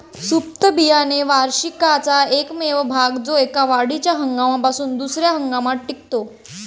सुप्त बियाणे वार्षिकाचा एकमेव भाग जो एका वाढीच्या हंगामापासून दुसर्या हंगामात टिकतो